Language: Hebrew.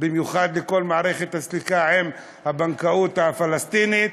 במיוחד לכל מערכת הסליקה עם הבנקאות הפלסטינית.